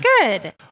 good